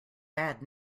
bad